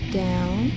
down